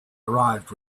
arrived